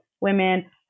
women